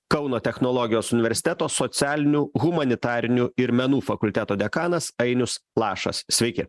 kauno technologijos universiteto socialinių humanitarinių ir menų fakulteto dekanas ainius lašas sveiki